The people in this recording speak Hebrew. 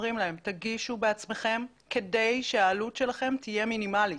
אומרים להם תגישו בעצמכם כדי שהעלות שלכם תהיה מינימלית.